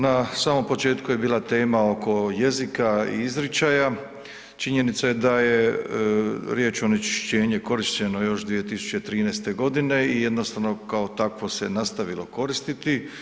Na samom početku je bila tema oko jezika i izričaja, činjenica je da je riječ onečišćenje korišteno još 2013. godine i jednostavno se kao takvo se nastavilo koristiti.